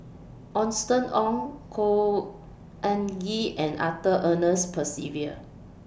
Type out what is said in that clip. Austen Ong Khor Ean Ghee and Arthur Ernest Percival